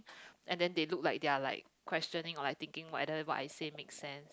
and then they look like they are like questioning or like thinking whether what I say make sense